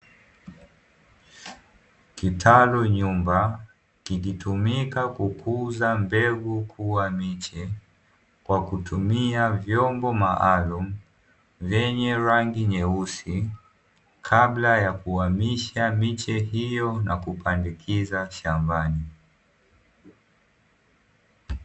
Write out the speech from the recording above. Kitalu nyumba kikitumika kukuza mbegu kuwa miche, kwa kutumia vyombo maalumu vyenye rangi nyeusi, kabla ya kuhamisha miche hiyo na kupandikiza shambani.